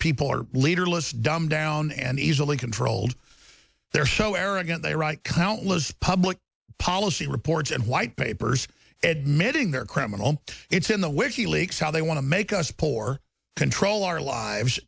people are leaderless dumbed down and easily controlled they're so arrogant they write countless public policy reports and white papers admitting their criminal it's in the wiki leaks how they want to make us poor control our lives